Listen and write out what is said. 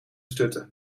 stutten